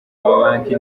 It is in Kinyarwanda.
amabanki